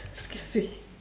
excuse me